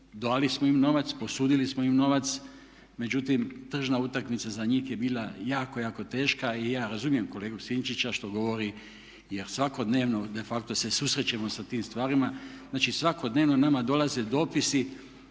dali smo im novac, posudili smo im novac. Međutim, tržna utakmica za njih je bila jako, jako teška. I ja razumijem kolegu Sinčića što govori, jer svakodnevno de facto se susrećemo sa tim stvarima. Znači, svakodnevno nama dolaze dopisi